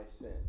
sin